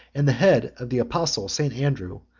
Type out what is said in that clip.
and the head of the apostle st. andrew,